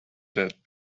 that